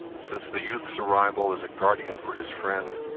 since the youth's arrival as a guardian for his friend,